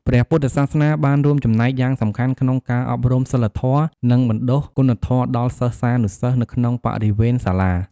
ព្រះពុទ្ធសាសនាបានរួមចំណែកយ៉ាងសំខាន់ក្នុងការអប់រំសីលធម៌ និងបណ្ដុះគុណធម៌ដល់សិស្សានុសិស្សនៅក្នុងបរិវេណសាលា។